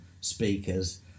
speakers